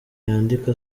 yandika